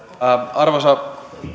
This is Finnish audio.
arvoisa